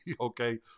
okay